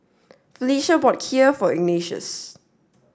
Felicia bought Kheer for Ignatius